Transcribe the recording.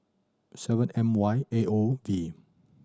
seven M Y A O V